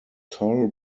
toll